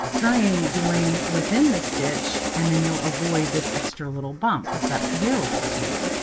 try and join within the stitch, and then you'll avoid this extra little bump if that's available to you.